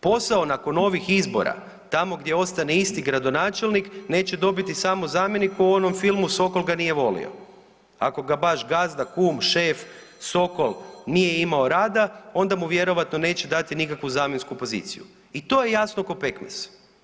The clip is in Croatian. Posao nakon ovih izbora tamo gdje ostane isti gradonačelnik neće dobiti samo zamjenik ko u onom filmu „Sokol ga nije volio“, ako ga baš gazda, kum, šef, Sokol nije imao rada onda mu vjerojatno neće dati nikakvu zamjensku poziciju i to je jasno ko pekmez.